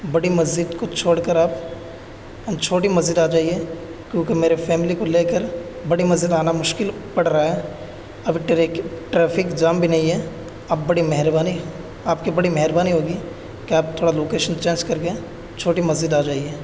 بڑی مسجد کو چھوڑ کر آپ چھوٹی مسجد آ جائیے کیونکہ میرے فیملی کو لے کر بڑی مسجد آنا مشکل پڑ رہا ہے اب ٹریک ٹریفک جام بھی نہیں ہے اب بڑی مہربانی آپ کی بڑی مہربانی ہوگی کہ آپ تھوڑا لوکیشن چینج کر کے چھوٹی مسجد آ جائیے